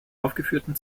aufgeführten